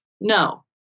No